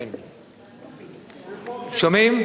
שומעים?